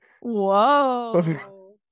whoa